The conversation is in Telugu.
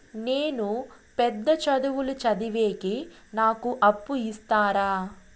నేను పెద్ద చదువులు చదివేకి నాకు అప్పు ఇస్తారా